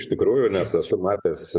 iš tikrųjų nes esu matęs